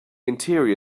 interior